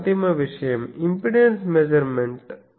ఇది అంతిమ విషయం ఇంపెడెన్స్ మెజర్మెంట్